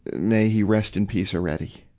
may he rest in peace already.